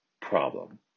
problem